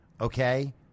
okay